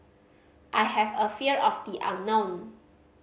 I have a fear of the unknown